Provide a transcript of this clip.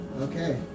Okay